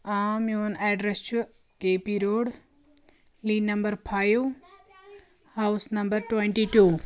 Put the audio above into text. آ میون اٮ۪ڈرَس چھُ K P road lane number five house number twenty two